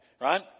Right